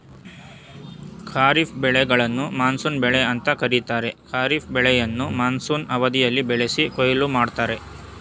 ಖಾರಿಫ್ ಬೆಳೆಗಳನ್ನು ಮಾನ್ಸೂನ್ ಬೆಳೆ ಅಂತ ಕರೀತಾರೆ ಖಾರಿಫ್ ಬೆಳೆಯನ್ನ ಮಾನ್ಸೂನ್ ಅವಧಿಯಲ್ಲಿ ಬೆಳೆಸಿ ಕೊಯ್ಲು ಮಾಡ್ತರೆ